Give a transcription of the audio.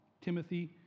Timothy